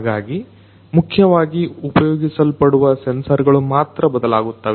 ಹಾಗಾಗಿ ಮುಖ್ಯವಾಗಿ ಉಪಯೋಗಿಸಲ್ಪಡುವ ಸೆನ್ಸರ್ಗಳು ಮಾತ್ರ ಬದಲಾಗುತ್ತವೆ